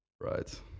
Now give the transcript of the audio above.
right